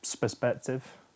perspective